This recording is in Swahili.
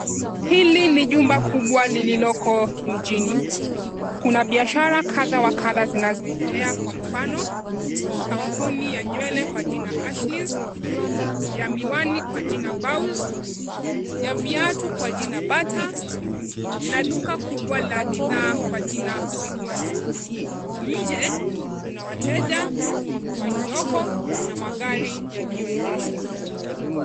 Hili ni jumba kubwa lililoko mjini. Kuna biashara kadhaa wa kadhaa zinazoendelea kwa mfano kampuni ya nywele kwa jina ya Ashley's, ya miwani kwa jina Baoz, ya viatu kwa jina Bata na duka kubwa la bidhaa kwa jina Quickmart. Nje kuna wateja walioko na magari yaliyoegeshwa.